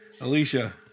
Alicia